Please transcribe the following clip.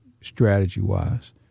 strategy-wise